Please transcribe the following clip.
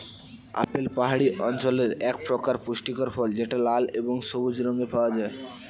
apple পাহাড়ি অঞ্চলের একপ্রকার পুষ্টিকর ফল যেটা লাল এবং সবুজ রঙে পাওয়া যায়